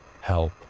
help